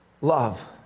love